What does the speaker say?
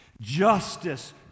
justice